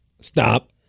Stop